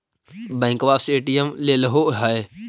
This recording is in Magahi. बैंकवा से ए.टी.एम लेलहो है?